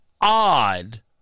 odd